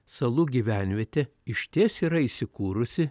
salų gyvenvietė išties yra įsikūrusi